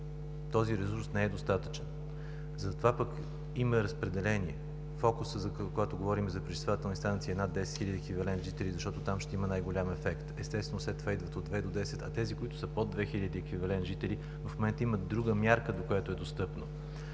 Този ресурс не е достатъчен. Затова пък има разпределение, фокусът е, когато говорим за пречиствателни станции, за над 10 хиляди еквивалент жители, защото там ще има най-голям ефект. Естествено, след това идват от 2 до 10, а за тези, които са под 2 хиляди еквивалент жители, в момента има друга мярка, която е достъпна.